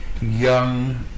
young